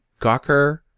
Gawker